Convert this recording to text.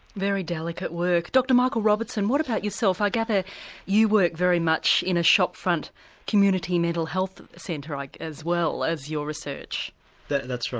very delicate work. dr michael robertson, what about yourself? i gather you work very much in a shop-front community mental health centre, like as well as your research. that's right,